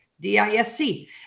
D-I-S-C